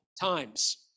times